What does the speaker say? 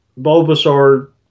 Bulbasaur